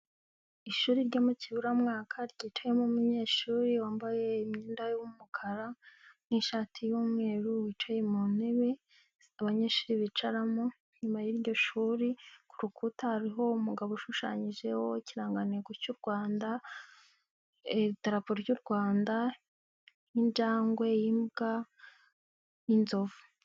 Ishuri ryo mu kiburamwaka ryicayemo umunyeshuri wambaye imyenda y'umukara n'ishati y'umweru wicaye mu ntebe abanyeshuri bicaramo, inyuma y'iryo shuri ku rukuta hariho umugabo ushushanyijeho ikirangantego cy'u Rwanda, idarapo ry'u Rwanda, injangwe, imbwa n'inzovu.